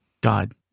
God